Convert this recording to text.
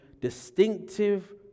distinctive